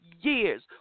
years